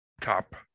top